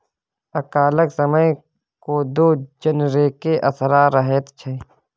अकालक समय कोदो जनरेके असरा रहैत छै